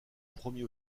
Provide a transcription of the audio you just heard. premier